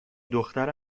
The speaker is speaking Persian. دختر